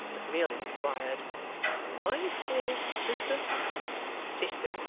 but merely inquired wife or sister sister,